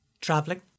Traveling